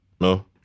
No